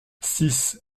six